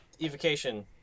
evocation